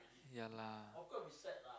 ya lah